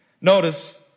Notice